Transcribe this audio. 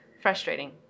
frustrating